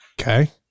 okay